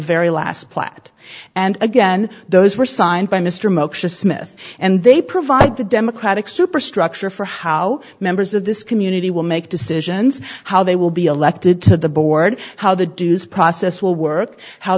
very last plat and again those were signed by mr moshe smith and they provide the democratic superstructure for how members of this community will make decisions how they will be elected to the board how the dues process will work how